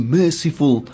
merciful